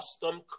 custom